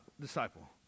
disciple